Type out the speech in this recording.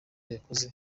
yakoze